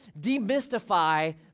demystify